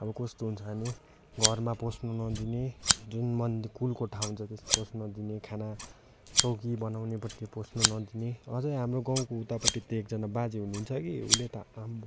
अब कस्तो हुन्छ भने घरमा पस्नु नदिने जुन मन कुल कोठा हुन्छ त्यसमा पस्नु नदिने खाना चौकी बनाउनेपट्टि पस्नु नदिने अझै हाम्रो गाउँको उतापट्टि त्यहाँ एकजना बाजे हुनुहुन्छ कि उसले त आम्बो